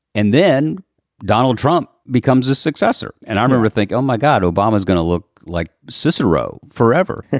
and then donald trump becomes his successor. and i never think, oh, my god, obama is going to look like cicero forever